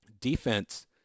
defense